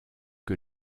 que